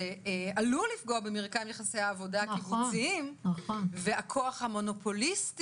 זה עלול לפגוע במרקם יחסי העבודה הקיבוציים והכוח המונופוליסטי